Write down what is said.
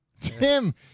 Tim